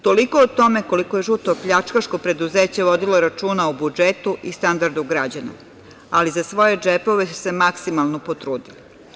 Toliko o tome koliko je žuto pljačkaško preduzeće vodilo računa o budžetu i standardu građana, ali za svoje džepove se maksimalno potrudilo.